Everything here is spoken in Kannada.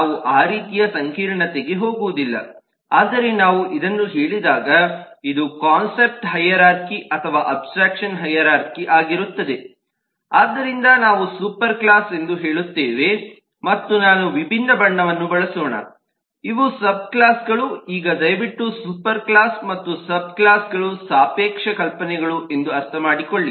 ನಾವು ಆ ರೀತಿಯ ಸಂಕೀರ್ಣತೆಗೆ ಹೋಗುವುದಿಲ್ಲ ಆದರೆ ನಾವು ಇದನ್ನು ಹೇಳಿದಾಗ ಇದು ಕಾನ್ಸೆಪ್ಟ್ ಹೈರಾರ್ಖಿ ಅಥವಾ ಅಬ್ಸ್ಟ್ರಾಕ್ಷನ್ ಹೈರಾರ್ಖಿ ಆಗಿರುತ್ತದೆ ಆದ್ದರಿಂದ ನಾವು ಸೂಪರ್ ಕ್ಲಾಸ್ ಎಂದು ಹೇಳುತ್ತೇವೆ ಮತ್ತು ನಾನು ವಿಭಿನ್ನ ಬಣ್ಣವನ್ನು ಬಳಸೋಣ ಇವು ಸಬ್ ಕ್ಲಾಸ್ಗಳು ಈಗ ದಯವಿಟ್ಟು ಸೂಪರ್ ಕ್ಲಾಸ್ ಮತ್ತು ಸಬ್ ಕ್ಲಾಸ್ಗಳು ಸಾಪೇಕ್ಷ ಕಲ್ಪನೆಗಳು ಎಂದು ಅರ್ಥಮಾಡಿಕೊಳ್ಳಿ